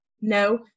no